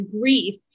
grief